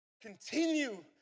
Continue